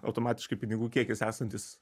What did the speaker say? automatiškai pinigų kiekis esantis